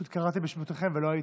פשוט קראתי בשמותיכם ולא הייתם.